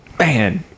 Man